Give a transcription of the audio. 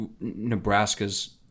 Nebraska's